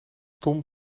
tom